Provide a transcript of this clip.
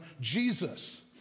JESUS